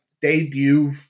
debut